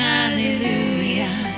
Hallelujah